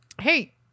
Hey